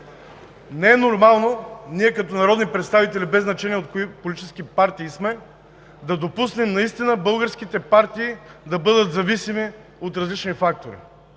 Не е нормално ние, като народни представители, без значение от кои политически партии сме, да допуснем българските партии да бъдат зависими от различни фактори.